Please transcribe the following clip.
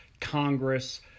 Congress